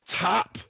top